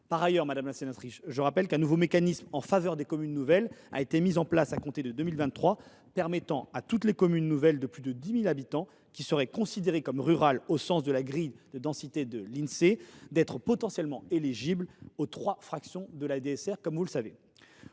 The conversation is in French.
Par ailleurs, madame la sénatrice, je vous rappelle qu’un nouveau mécanisme en faveur des communes nouvelles a été mis en place à compter de 2023. Il permet à toutes les communes nouvelles de plus de 10 000 habitants, qui seraient considérées comme rurales au sens de la grille de densité de l’Insee, d’être potentiellement éligibles aux trois fractions de la DSR. Pour autant,